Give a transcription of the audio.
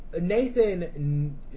Nathan